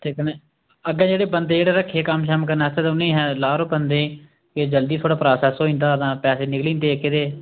ठीक ऐ निं अग्गें जेह्ड़े बंदे जेह्ड़े रक्खे कम्म शम्म करने आस्तै ते उ'नें ई असें ला करो बंदे ई कि जल्दी थोह्ढ़ा प्रासैस होई जंदा तां पैसे निकली जंदे एह्के ते